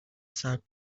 سلب